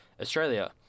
Australia